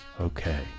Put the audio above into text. Okay